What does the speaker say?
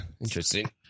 Interesting